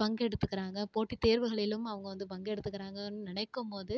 பங்கெடுத்துக்குறாங்க போட்டி தேர்வுகளிலும் அவங்க வந்து பங்கெடுத்துக்கிறாங்கன்னு நினைக்கும் போது